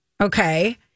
okay